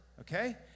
Okay